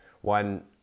one